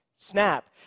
snap